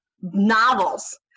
novels